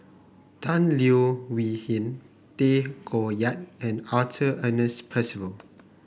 Tan Leo Wee Hin Tay Koh Yat and Arthur Ernest Percival